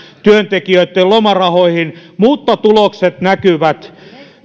työntekijöitten lomarahoihin mutta tulokset näkyvät